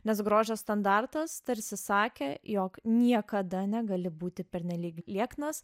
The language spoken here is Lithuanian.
nes grožio standartas tarsi sakė jog niekada negali būti pernelyg lieknas